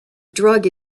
drug